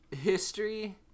History